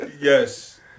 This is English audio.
Yes